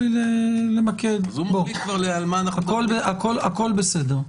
הכול בסדר.